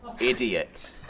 Idiot